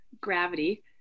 gravity